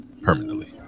permanently